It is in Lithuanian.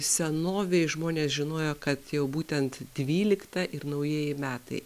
senovėj žmonės žinojo kad jau būtent dvylikta ir naujieji metai